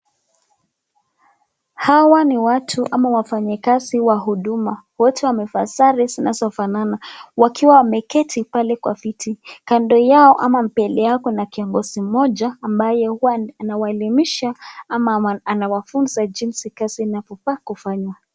Hawa ni watu ama wafanyakazi wa huduma wote wamevaa sare zinazofanana wakiwa wameketi pale kwa viti kando yao ama mbele yao kuna kiongozi mmoja ambaye anawaelimisha ama anawafunza jinsi kazi inavyofaa kufanywa.